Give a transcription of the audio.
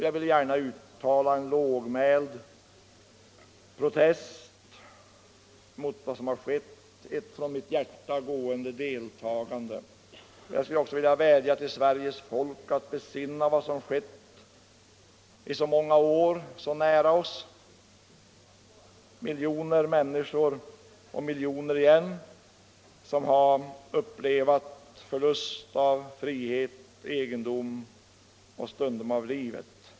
Jag vill gärna uttala en lågmäld protest mot vad som har skett, ett direkt från mitt hjärta gående deltagande. Jag skulle också vilja vädja till Sveriges folk att besinna vad som skett i så många år och så nära oss. Miljoner människor — och miljoner igen — har upplevt förlusten av frihet, egendom och somliga av dem även förlusten av livet.